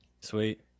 Sweet